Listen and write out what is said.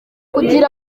kugira